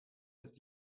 ist